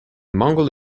mongol